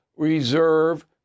Reserve